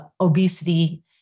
obesity